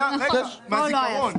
מהזיכרון,